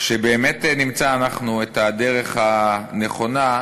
שבאמת נמצא אנחנו את הדרך הנכונה,